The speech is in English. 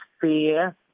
fear